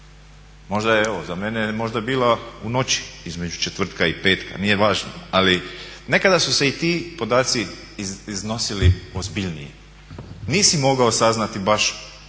Možda evo, za mene je možda bila u noći između četvrtka i petka, nije važno. Ali nekada su se i ti podaci iznosili ozbiljnije. Nisi mogao saznati baš